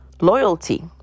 Loyalty